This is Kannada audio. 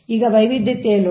ಈಗ ವೈವಿಧ್ಯತೆಯ ಲೋಡ್